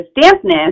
dampness